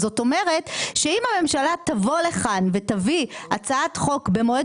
זאת אומרת שאם הממשלה תבוא לכאן ותביא הצעת חוק במועד